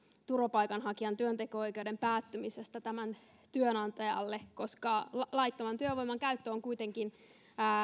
turvapaikanhakijan työnteko oikeuden päättymisestä tämän työnantajalle koska laittoman työvoiman käyttö on kuitenkin